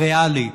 הריאלי,